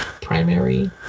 primary